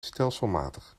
stelselmatig